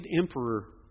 emperor